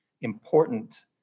important